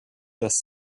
dass